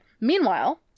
meanwhile